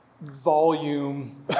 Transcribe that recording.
volume